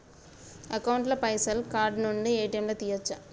Account ల పైసల్ card నుండి ఏ.టి.ఎమ్ లా తియ్యచ్చా?